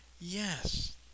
Yes